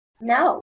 No